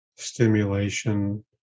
stimulation